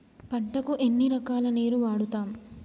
పంటలకు ఎన్ని రకాల నీరు వాడుతం?